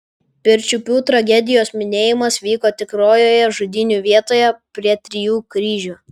pirčiupių tragedijos minėjimas vyko tikrojoje žudynių vietoje prie trijų kryžių